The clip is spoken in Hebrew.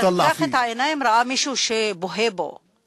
להלן תרגומם הסימולטני לעברית: כשפקח את העיניים ראה מישהו שבוהה בו,